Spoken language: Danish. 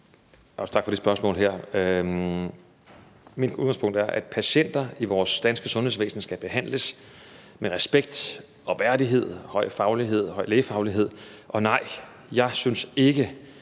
tak for det her spørgsmål. Mit udgangspunkt er, at patienter i det danske sundhedsvæsen skal behandles med respekt, værdighed og høj lægefaglighed, og nej, jeg synes ikke,